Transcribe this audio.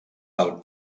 del